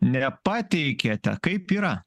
nepateikėte kaip yra